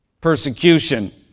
persecution